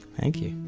thank you!